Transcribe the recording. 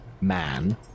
man